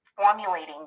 formulating